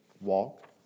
Walk